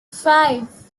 five